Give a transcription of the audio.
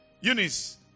Eunice